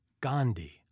Gandhi